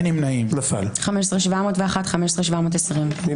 הצבעה לא אושרה נפל.